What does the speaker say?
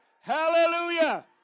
Hallelujah